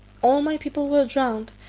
all my people were drowned,